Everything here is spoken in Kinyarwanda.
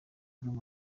birere